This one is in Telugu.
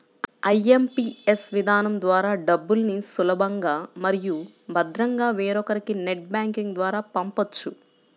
ఐ.ఎం.పీ.ఎస్ విధానం ద్వారా డబ్బుల్ని సులభంగా మరియు భద్రంగా వేరొకరికి నెట్ బ్యాంకింగ్ ద్వారా పంపొచ్చు